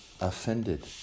offended